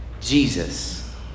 Jesus